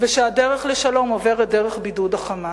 ושהדרך לשלום עוברת דרך בידוד ה"חמאס".